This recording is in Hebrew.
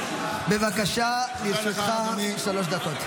אזולאי, בבקשה, אדוני, לרשותך שלוש דקות.